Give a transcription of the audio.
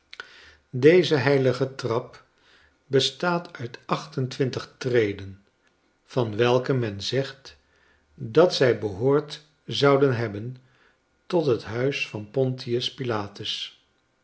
deze heilige trap bestaat uit acht en twintig treden van welke men zegt dat zij behoord zou hebben tot het huis van pontius pilatus